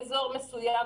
באזור מסוים,